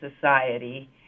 society